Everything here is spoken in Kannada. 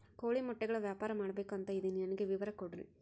ಕೋಳಿ ಮೊಟ್ಟೆಗಳ ವ್ಯಾಪಾರ ಮಾಡ್ಬೇಕು ಅಂತ ಇದಿನಿ ನನಗೆ ವಿವರ ಕೊಡ್ರಿ?